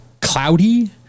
cloudy